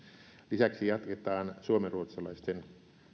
lisäksi jatketaan suomenruotsalaisten